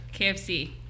KFC